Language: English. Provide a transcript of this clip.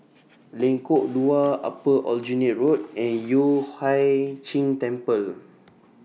Lengkok Dua Upper Aljunied Road and Yueh Hai Ching Temple